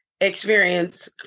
experience